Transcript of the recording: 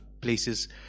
places